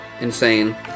insane